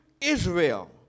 Israel